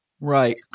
Right